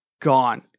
Gone